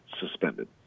suspended